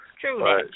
True